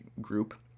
group